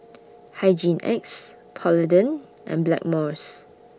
Hygin X Polident and Blackmores